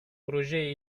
projeye